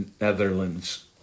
Netherlands